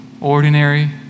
ordinary